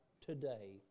today